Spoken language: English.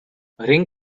ring